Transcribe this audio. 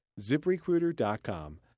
ziprecruiter.com